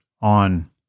on